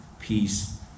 Peace